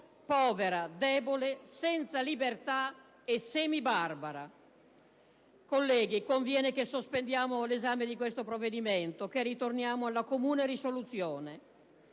povera, debole, senza libertà e semibarbara. Colleghi, conviene che sospendiamo l'esame di questo provvedimento, che ritorniamo alla comune risoluzione.